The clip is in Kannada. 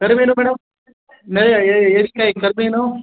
ಕರಿ ಮೀನು ಮೇಡಮ್ ಕರಿ ಮೀನು